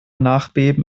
nachbeben